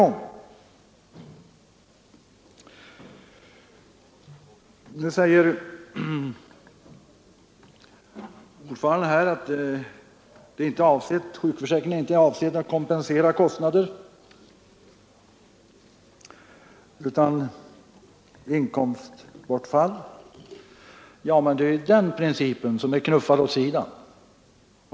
Sedan säger ordföranden att sjukförsäkringen inte är avsedd att kompensera kostnader utan att den skall kompensera inkomstbortfall. Men det är ju den principen som knuffas åt sidan!